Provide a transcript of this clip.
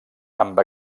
amb